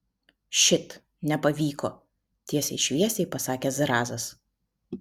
šit nepavyko tiesiai šviesiai pasakė zrazas